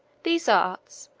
these arts,